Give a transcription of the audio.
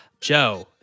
Joe